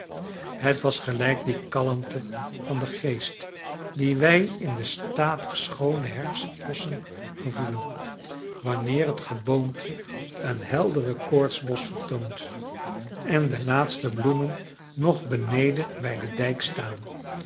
het was gelijk die kalmte van den geest die wij in de statig schoone herfstbosschen gevoelen wanneer het geboomte een helderen koortsblos vertoont en de laatste bloemen nog beneden bij de dijk staan